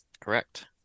correct